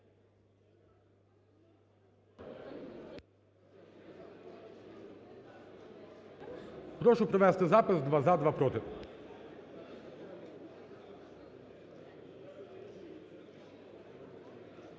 Прошу провести запис: два - за, два – проти.